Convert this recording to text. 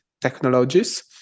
technologies